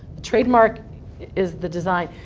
a trademark is the design.